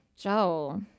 Joe